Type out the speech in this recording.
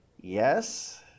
yes